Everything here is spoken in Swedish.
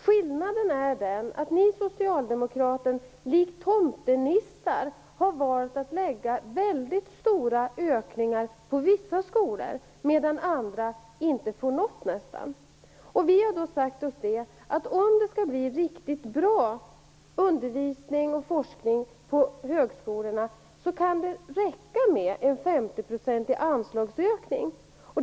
Skillnaden är att Socialdemokraterna likt tomtenissar har valt att lägga väldigt stora ökningar på vissa skolor medan andra nästan inte får någonting. Vi moderater har sagt oss att om det skall bli riktigt bra undervisning och forskning på högskolorna kan en 50-procentig anslagsökning räcka.